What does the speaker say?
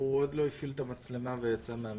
ג'אבר, אתה יכול להפעיל את המצלמה ואת המיקרופון?